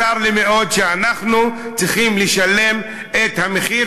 צר לי מאוד שאנחנו צריכים לשלם את המחיר